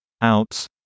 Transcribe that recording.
outs